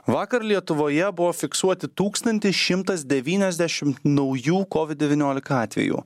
vakar lietuvoje buvo fiksuoti tūkstantis šimtas devyniasdešimt naujų covid devyniolika atvejų